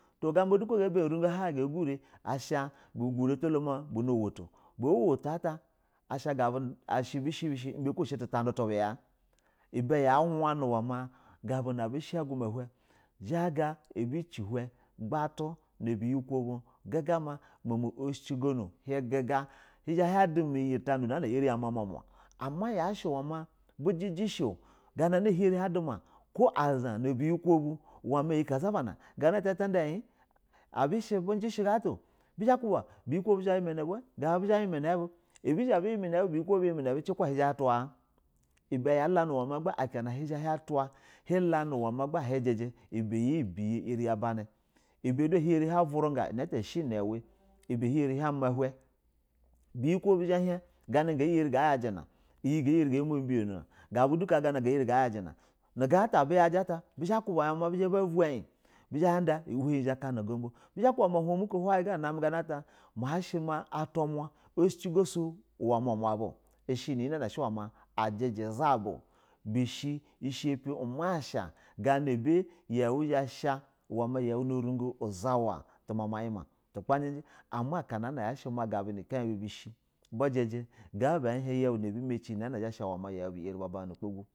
Tugaba du ka ga bami urigo ga gurɛ asha bu guri ma to blo buna wuto, bawato ata asha ga bu ata bishe tundadu tu buya ibe ya wani ya ma ga bu a bishi gasuma uinin zha ga abu ci hun gba tu suga ma na buyi kulo bu hin mama ushi ci gonu hin jiga hin zha ha ma iyi utandu na ire ya ma umuma ama yashɛ uwe ma hin jijisho. Ganana nana a hin arin ko aza na bu yiko bu, uwe ma iyi ka za bana ganana atizha tanda in abu shi bujishe ja na ata o bizha ba kuba biyi ko bu zha bayima na bew gabu abuzha ba yima in bu. Ibɛ zhɛ a bɛ imɛ ina bu buyiko bu yi mɛ ina bwa ci ku a hin zha ha twa ibɛ ya lɛnɛ uwa ma aka ɛlɛlɛ a hin jɛjɛ ibɛ iyi biyɛ iyarɛ ya banɛ ibɛ du a he are ha buruga ina ata ushɛ ina uwe ibe a hin lare ha ma uheun biyiko bu biyikwo bu zha ba hin gana ga yaji na, gana ga lare ma bubɛ yono na gabu du ka gana ga ya ban a biyaji ata bizha babu in gabu du bizha ba kuba ma uhin bu zhaya kana ugumbo, bizha ba b aba ma howi uhan mu ko munaba atwa ma oshɛ ji go su uma monu aba she ma, a jiji zasa ba, ashi masha garia uba yau zha yasha wama yau na rungo zawa tuma ima gbaji ga ba abi shi ga ba a ha ga yau ha ma bi tiza ba bana nu ugba gu.